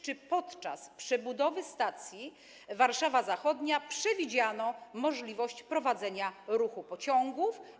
Czy podczas przebudowy stacji Warszawa Zachodnia przewidziano możliwość prowadzenia ruchu pociągów?